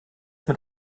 mit